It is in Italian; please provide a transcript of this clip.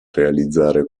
realizzare